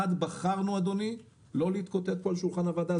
בחרנו לא להתקוטט פה על שולחן הוועדה,